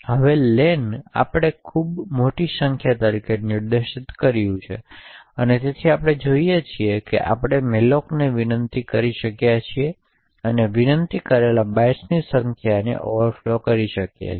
હવે લેન આપણે ખૂબ મોટી સંખ્યા તરીકે નિર્દિષ્ટ કર્યું છે અને તેથી આપણે અહીં જે જોઈએ છીએ તે છે કે આપણે મેલોકને વિનંતી કરી શક્યા છે અને વિનંતી કરેલા બાઇટ્સની સંખ્યાને ઓવરફ્લો કરી શક્યા છે